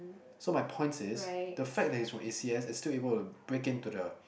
so my points is the fact that he's from A_C_S and still able to break in to the